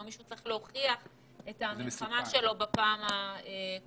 או מישהו צריך להוכיח את המלחמה שלו בפעם הקודמת.